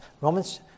Romans